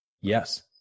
Yes